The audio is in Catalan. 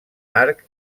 arc